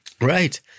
Right